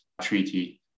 treaty